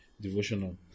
devotional